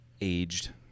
aged